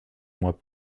mois